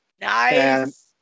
Nice